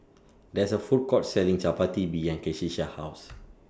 There IS A Food Court Selling Chapati behind Keshia's House